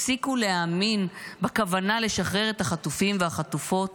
הפסיקו להאמין בכוונה לשחרר את החטופים והחטופות,